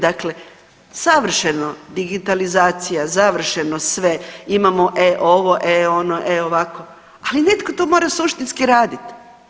Dakle, savršeno digitalizacija, završeno sve, imamo e ovo, e ono, e ovako, ali netko to mora suštinski raditi.